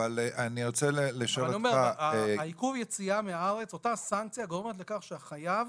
אבל אני אומר שעיכוב היציאה מן הארץ גורמת לכך שהחייב,